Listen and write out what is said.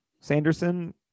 Sanderson